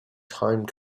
time